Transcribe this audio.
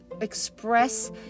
express